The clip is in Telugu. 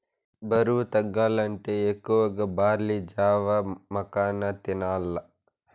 బరువు తగ్గాలంటే ఎక్కువగా బార్లీ జావ, మకాన తినాల్ల